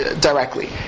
directly